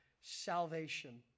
salvation